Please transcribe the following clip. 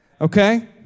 okay